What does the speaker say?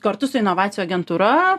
kartu su inovacijų agentūra